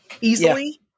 easily